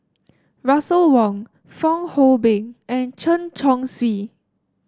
Russel Wong Fong Hoe Beng and Chen Chong Swee